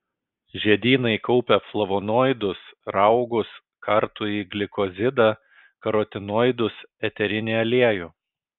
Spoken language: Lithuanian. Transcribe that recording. žiedynai kaupia flavonoidus raugus kartųjį glikozidą karotinoidus eterinį aliejų